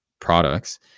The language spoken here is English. products